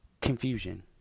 confusion